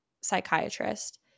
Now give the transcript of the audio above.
psychiatrist